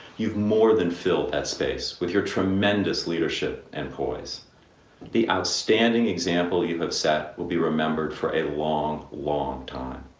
you've more than filled that space with your tremendous leadership and importance. the outstanding example you have set will be remembered for a long, long time.